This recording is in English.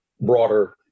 broader